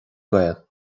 gael